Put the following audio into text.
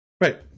right